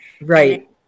Right